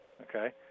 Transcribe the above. okay